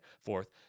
Fourth